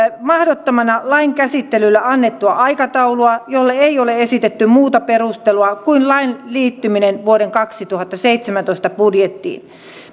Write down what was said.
mahdottomana lain käsittelylle annettua aikataulua jolle ei ole esitetty muuta perustelua kuin lain liittyminen vuoden kaksituhattaseitsemäntoista budjettiin